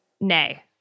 Nay